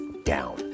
down